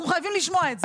אנחנו חייבים לשמוע את זה.